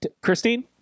Christine